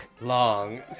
Long